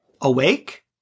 awake